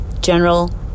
general